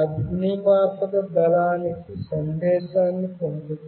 అగ్నిమాపక దళానికి సందేశాన్ని పంపుతుంది